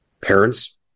Parents